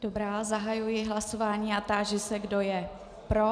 Dobrá, zahajuji hlasování a táži se, kdo je pro.